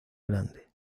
grande